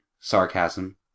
sarcasm